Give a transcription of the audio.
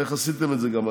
איך עשיתם את זה גם?